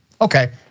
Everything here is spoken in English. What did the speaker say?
Okay